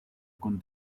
con